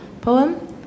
poem